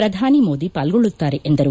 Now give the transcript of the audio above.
ಪ್ರಧಾನಿ ಮೋದಿ ಪಾಲ್ಗೊಳ್ಳುತ್ತಾರೆ ಎಂದರು